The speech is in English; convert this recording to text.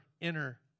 inner